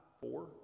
four